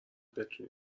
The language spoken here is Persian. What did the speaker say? بتونی